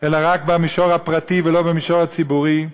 אלא רק במישור הפרטי, ולא במישור הציבורי,